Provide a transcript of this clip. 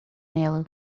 nela